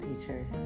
teachers